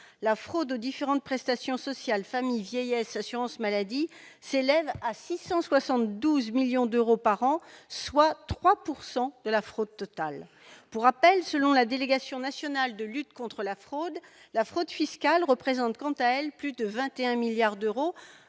la fraude aux différentes prestations sociales- famille, vieillesse, assurance maladie -s'élève à 672 millions d'euros par an, soit 3 % de la fraude totale. Pour rappel, selon la Délégation nationale de lutte contre la fraude, la fraude fiscale représente, quant à elle, plus de 21 milliards d'euros